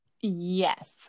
Yes